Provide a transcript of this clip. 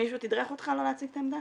מישהו תדרך אותך לא להציג את העמדה?